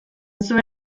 zuen